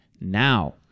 now